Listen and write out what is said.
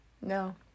No